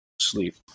sleep